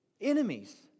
enemies